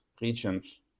regions